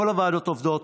כל הוועדות עובדות,